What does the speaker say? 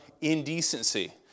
indecency